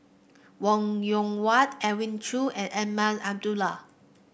Wong Yoon Wah Edwin Koo and Azman Abdullah